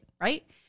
right